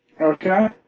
okay